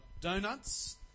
donuts